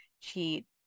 Cheat